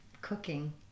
cooking